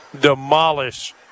demolish